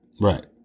right